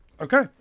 Okay